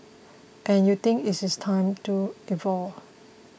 and you think it is time to evolve